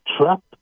trap